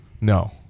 No